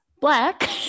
black